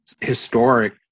historic